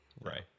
Right